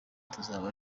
tuzaba